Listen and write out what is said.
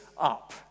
up